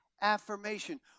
affirmation